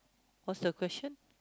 what's the question